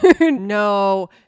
No